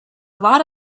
lot